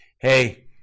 hey